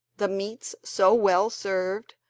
the meats so well served,